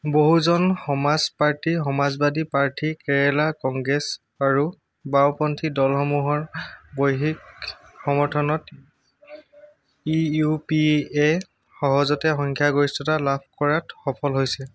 বহুজন Samaj party Samajwadi প্ৰাৰ্থী কেৰেলা কংগ্ৰেছ আৰু বাওঁপন্থী দলসমূহৰ বৈহিক সমৰ্থনত ই ইউ পি এ সহজতে সংখ্যাগৰিষ্ঠতা লাভ কৰাত সফল হৈছে